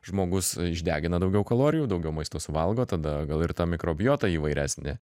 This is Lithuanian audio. žmogus išdegina daugiau kalorijų daugiau maisto suvalgo tada gal ir ta mikrobiota įvairesnė